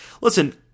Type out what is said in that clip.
Listen